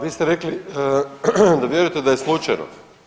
Vi ste rekli da vjerujete da je slučajno.